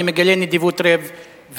אני מגלה נדיבות לב ומתינות.